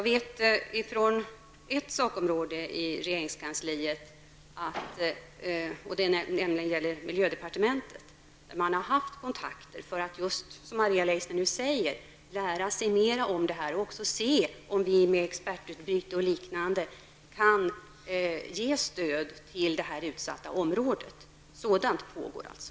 Beträffande ett sakområde i regeringskansliet, nämligen miljödepartementet, har man haft kontakter just för att, som Maria Leissner säger, lära sig mer om detta och för att se om man med expertutbyte och liknande kan ge stöd till det utsatta området. Sådant arbete pågår alltså.